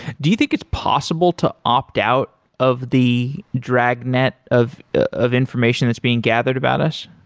do you think it's possible to opt out of the dragnet of of information that's being gathered about us?